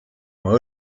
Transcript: oma